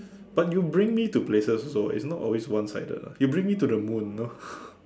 but you bring me to places also [what] it's not always one sided lah you bring me to the moon you know